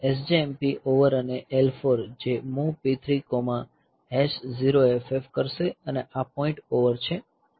SJMP over અને L4 જે MOV P30FF H કરશે અને આ પોઈન્ટ ઓવર છે